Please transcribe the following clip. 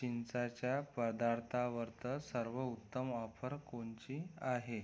चिंचाच्या पदार्थांवर सर्वोत्तम ऑफर कोणती आहे